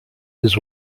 his